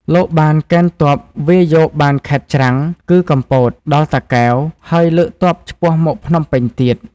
លោកបានកេណ្ឌទ័ពវាយយកបានខេត្តច្រាំង គឺកំពត ដល់ តាកែវ ហើយលើកទ័ពឆ្ពោះមកភ្នំពេញទៀត។